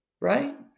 Right